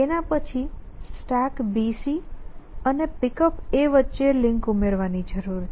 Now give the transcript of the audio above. તેના પછી StackBC અને Pickup વચ્ચે લિંક ઉમેરવાની જરૂર છે